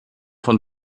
von